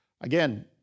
Again